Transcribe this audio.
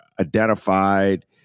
identified